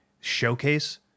showcase